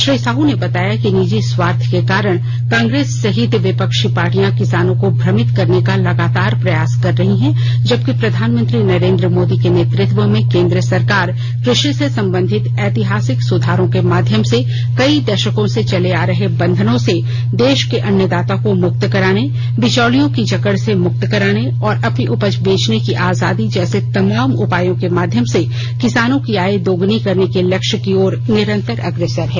श्री साह ने बताया कि निजी स्वार्थ के कारण कांग्रेस सहित विपक्षी पार्टियां किसानो को भ्रमित करने का लगातार प्रयास कर रही हैं जबकि प्रधानमंत्री नरेन्द्र मोदी के नेतृत्व में केंद्र सरकार कृषि से संबंधित ऐतिहासिक सुधारों के माध्यम से कई दशकों से चले आ रहे बंधनो से देश के अन्नदाता को मुक्त कराने बिचौलियों के जकड़ से मुक्त कराने और अपनी उपज बेचने की आजादी जैसे तमाम उपायों के माध्यम से किसानों की आय दोगुनी करने के लक्ष्य की ओर निरंतर अग्रसर है